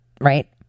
right